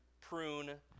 prune